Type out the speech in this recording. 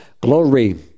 glory